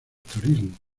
turismo